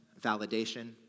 validation